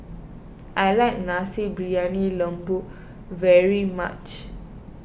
I like Nasi Briyani Lembu very much